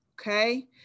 Okay